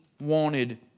wanted